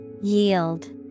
Yield